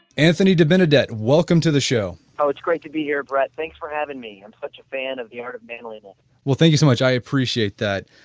anthony debenedet, welcome to the show oh, it's great to be here brett, thanks for having me. i'm such a fan of the art of manliness well, thank you so much, i appreciate that.